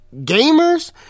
gamers